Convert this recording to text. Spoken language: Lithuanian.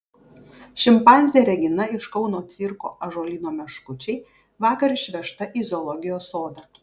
šimpanzė regina iš kauno cirko ąžuolyno meškučiai vakar išvežta į zoologijos sodą